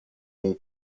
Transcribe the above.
mon